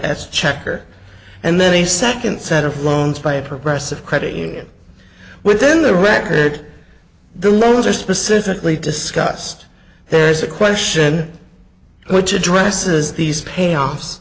as checker and then a second set of loans by a progressive credit union within the record the loans are specifically discussed there's a question which addresses these payoff